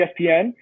ESPN